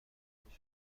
تبعیض